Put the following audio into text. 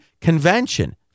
convention